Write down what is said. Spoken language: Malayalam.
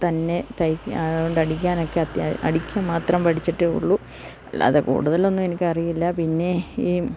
തന്നെ അതുകൊണ്ട് അടിക്കാനൊക്കെയെ അടിക്കാൻ മാത്രം പഠിച്ചിട്ടേയുള്ളൂ അല്ലാതെ കൂടുതലൊന്നും എനിക്കറിയില്ല പിന്നെ ഈ